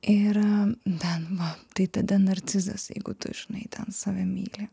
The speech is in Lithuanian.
ir ten va tai tada narcizas jeigu tu žinai ten save myli